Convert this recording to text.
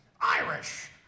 Irish